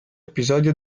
episodio